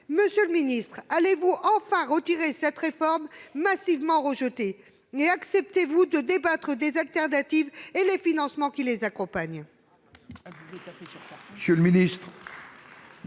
Monsieur le secrétaire d'État, allez-vous enfin retirer cette réforme massivement rejetée et accepter de débattre des alternatives et des financements qui les accompagnent ?